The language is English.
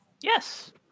Yes